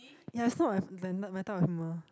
ya is not my my type of humour